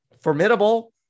formidable